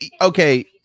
okay